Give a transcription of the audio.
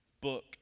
book